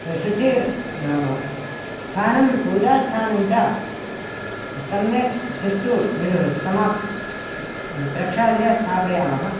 शुचिः नाम स्थानं पूजास्थानं च सम्यक् सुष्ठुः निरूप्य समाप्य प्रक्षाल्य स्थापयामः